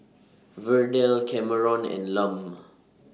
Verdell Kameron and Lum